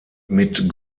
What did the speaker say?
mit